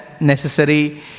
necessary